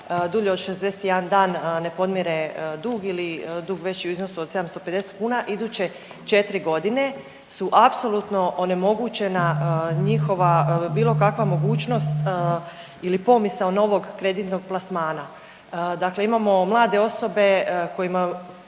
dulje od 61 dan ne podmire dug ili dug veći u iznosu od 750 kuna iduće četri godine su apsolutno onemogućena njihova bilo kakva mogućnost ili pomisao novog kreditnog plasmana. Dakle, imamo mlade osobe kojima